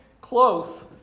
close